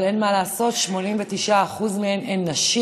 אבל אין מה לעשות, 89% מהם הם נשים,